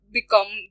become